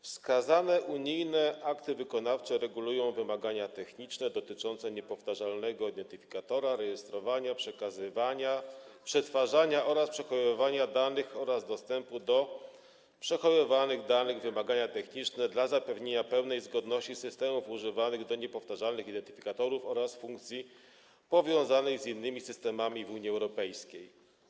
Wskazane unijne akty wykonawcze regulują wymagania techniczne dotyczące niepowtarzalnego identyfikatora, rejestrowania, przekazywania, przetwarzania oraz przechowywania danych oraz dostępu do przechowywanych danych, wymagania techniczne dla zapewnienia pełnej zgodności systemów używanych do niepowtarzalnych identyfikatorów oraz funkcji powiązanych z innymi systemami w Unii Europejskiej.